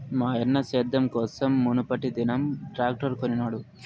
మాయన్న సేద్యం కోసం మునుపటిదినం ట్రాక్టర్ కొనినాడు